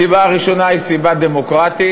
הסיבה הראשונה היא סיבה דמוקרטית,